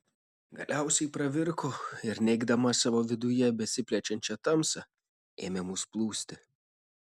galiausiai pravirko ir neigdama savo viduje besiplečiančią tamsą ėmė mus plūsti